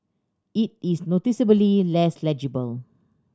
it is noticeably less legible